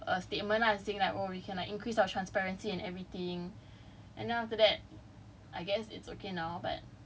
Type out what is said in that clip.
what is it called organisation do then they release err a statement lah saying like oh increase our transparency and everything